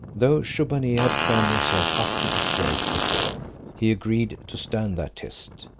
though shubbaunee had crammed himself up to the throat before, he agreed to stand that test,